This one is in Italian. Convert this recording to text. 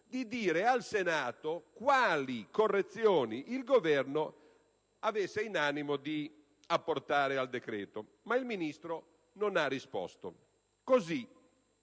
di dire al Senato quali correzioni il Governo avesse in animo di apportare al decreto. Ma il Ministro non ha risposto. Così,